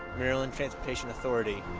maryland transportation authority.